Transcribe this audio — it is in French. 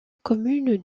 commune